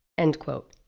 end quote.